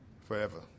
forever